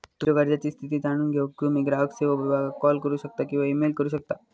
तुमच्यो कर्जाची स्थिती जाणून घेऊक तुम्ही ग्राहक सेवो विभागाक कॉल करू शकता किंवा ईमेल करू शकता